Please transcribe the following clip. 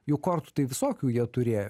juk kortų tai visokių jie turėjo